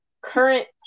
current